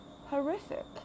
horrific